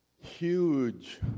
huge